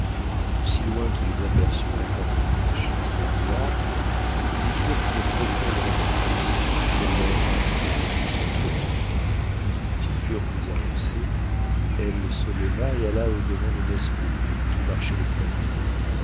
de si loin qu'ils aperçurent la favorite schemseinihar ils lui firent une profonde révérence qu'elle leur rendit de dessus son trône quand ils furent plus avancés elle se leva et alla au-devant de mesrour qui marchait le premier